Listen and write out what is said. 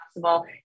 possible